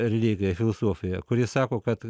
religija filosofija kuri sako kad